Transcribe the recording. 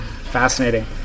fascinating